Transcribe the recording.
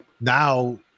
now